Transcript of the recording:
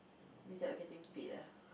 without getting paid ah